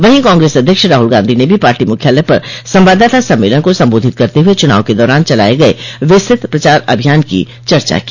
वहीं कांग्रेस अध्यक्ष राहुल गांधी ने भी पार्टी मुख्यालय पर संवाददाता सम्मेलन को संबोधित करते हुए चुनाव के दौरान चलाये गये विस्तृत प्रचार अभियान की चर्चा की